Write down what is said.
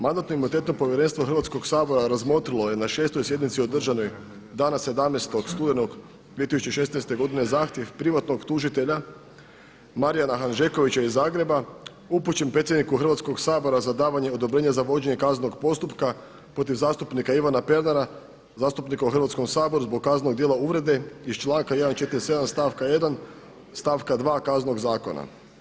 Mandatno-imunitetno povjerenstvo Hrvatskog sabora razmotrilo je na šestoj sjednici održanoj dana 17. studenog 2016. godine zahtjev privatnog tužitelja Marijana Hanžekovića iz Zagreba upućen predsjedniku Hrvatskog sabora za davanje odobrenja za vođenje kaznenog postupka protiv zastupnika Ivana Pernara zastupnika u Hrvatskom saboru zbog kaznenog djela uvrede iz članka 147. stavka 1. stavka 2. Kaznenog zakona.